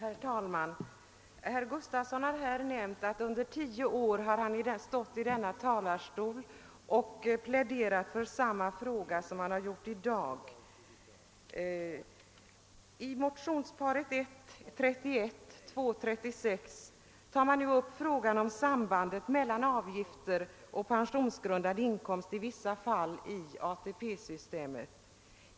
Å Herr talman! Herr Gustavsson i Al vesta har här nämnt att han under tio år från denna talarstol har pläderat i samma fråga som han har berört i dag. I motionsparet I:31 och II:36 tar man upp frågan om sambandet i vissa fall mellan avgifter och pensionsgrundande inkomst i ATP-systemet.